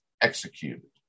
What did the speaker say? executed